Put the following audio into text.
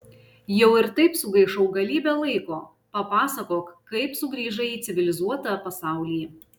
jau ir taip sugaišau galybę laiko papasakok kaip sugrįžai į civilizuotą pasaulį